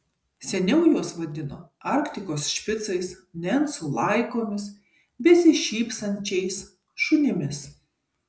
seniau juos vadino arktikos špicais nencų laikomis besišypsančiais šunimis